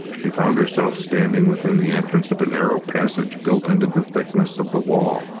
she found herself standing within the entrance of a narrow passage built into the thickness of the wall.